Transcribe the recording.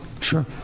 sure